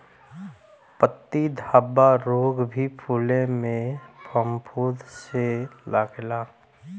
पत्ती धब्बा रोग भी फुले में फफूंद से लागेला